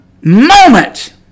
moment